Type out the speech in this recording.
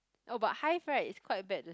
oh but hive right it's quite bad to